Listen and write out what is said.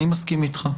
אני מסכים איתך.